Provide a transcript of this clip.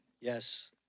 Yes